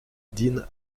dîn